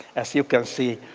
as you can see.